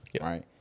right